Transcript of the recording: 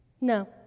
no